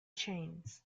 chains